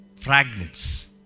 Fragments